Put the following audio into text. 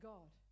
God